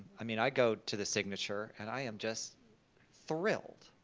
i mean i go to the signature, and i am just thrilled.